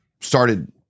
started